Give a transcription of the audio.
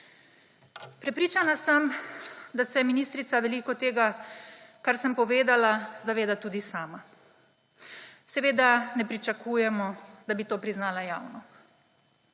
Prepričana sem, da se ministrica veliko tega, kar sem povedala, zaveda tudi sama. Seveda ne pričakujemo, da bi to priznala javno.